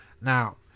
Now